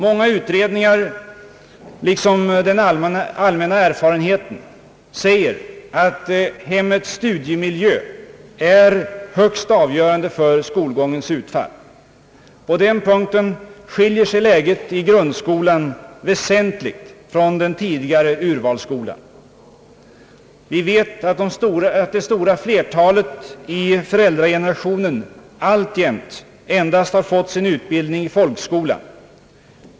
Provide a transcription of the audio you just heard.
Många utredningar liksom den allmänna erfarenheten säger att hemmets studiemiljö är högst avgörande för skolgångens utfall. På den punkten skiljer sig läget i grundskolan väsentligt från den tidigare urvalsskolan. Vi vet att det stora flertalet i föräldragenerationen alltjämt endast har fått sin utbildning i folkskola.